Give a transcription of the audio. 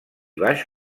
baix